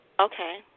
Okay